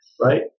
right